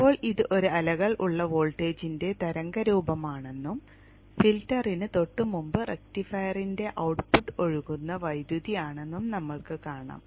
ഇപ്പോൾ ഇത് ഒരു അലകൾ ഉള്ള വോൾട്ടേജിന്റെ തരംഗ രൂപമാണെന്നും ഫിൽട്ടറിന് തൊട്ടുമുമ്പ് റക്റ്റിഫയറിന്റെ ഔട്ട്പുട്ട് ഒഴുകുന്ന വൈദ്യുതി ആണെന്നും നമ്മൾക്ക് കാണാം